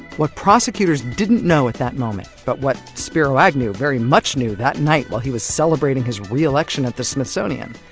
what prosecutors didn't know at that moment, but what spiro agnew very much knew that night while he was celebrating his re-election at the smithsonian.